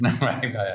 right